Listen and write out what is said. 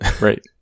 right